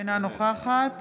אינה נוכחת